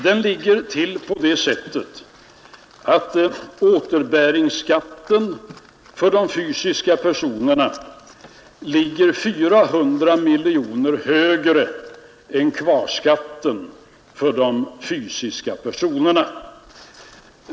Det ligger till på det sättet att återbäringsskatten för de fysiska personerna ligger 400 miljoner kronor högre än kvarskatten för de fysiska personerna.